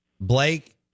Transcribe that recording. Blake